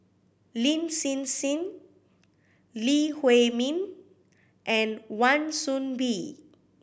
Lin Hsin Hsin Lee Huei Min and Wan Soon Bee